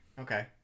Okay